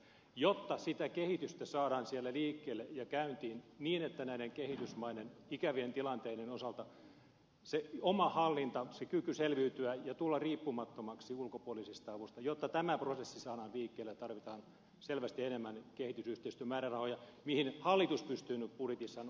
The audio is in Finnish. jotta sitä kehitystä saadaan siellä liikkeelle ja käyntiin niin että näiden kehitysmaiden ikävien tilanteiden osalta oma hallinta kyky selviytyä ja tulla riippumattomaksi ulkopuolisesta avusta tämä prosessi saadaan liikkeelle tarvitaan selvästi enemmän kehitysyhteistyömäärärahoja kuin hallitus pystyy nyt budjetissaan osoittamaan